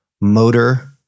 motor